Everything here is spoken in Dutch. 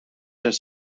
zijn